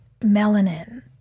melanin